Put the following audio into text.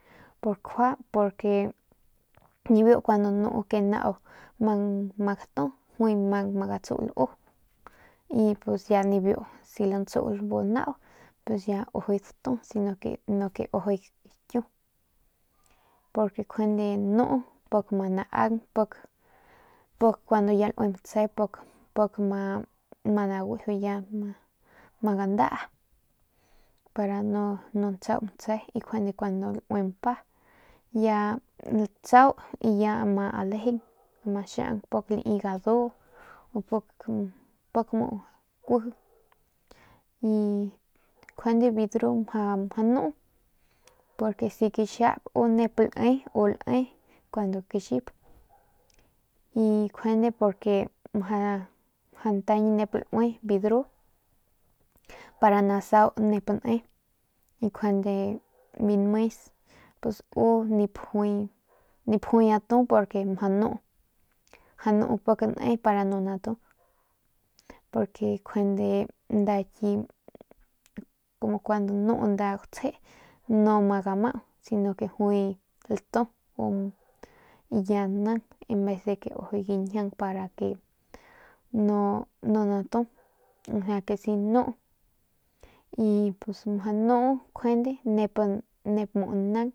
Por kjua porque nibiu nuu cuando nau mang ma gatu juy mang ama gatsuul uy y pus ya nibiu si lantsuul bu nau pus ya sino que nip ujuy datu sino que ujuy gakiu porque njuande nuu pik ama naaung pik pik ya laui matse pik ma naguiju ya ma gandaa para nu ntsau matse y cuando laui mpa latsau y ya ama lejeng ama pik xiu lai gadu pik mu kuji y njuande biu dru mjau nuu porque si kixap u nep lae u lae cuando kixip y kjande porque majau ntaiñ nep lae biu dru para nasu nep lae y kjande biu nmes pus u nip jui atu porque majau nuu pak nae para no natu por kjande nda ki como cuando nuu nda gutsje no ma damau si no que jui ma latu y ya nang en vez de ke u ginjiang para que no natu osea que si nuu y pues majau nuu kjande nep nang.